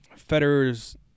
Federer's